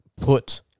put